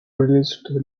released